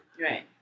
Right